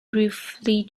briefly